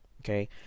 okay